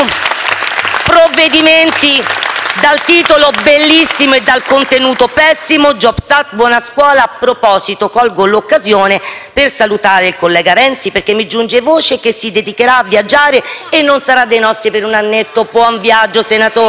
più provvedimenti dal titolo bellissimo e dal contenuto pessimo: «jobs act»,«buona scuola», eccetera. A proposito, colgo l'occasione per salutare il collega Renzi, perché mi giunge voce che si dedicherà a viaggiare e non sarà dei nostri per un annetto. Buon viaggio, senatore.